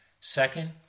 Second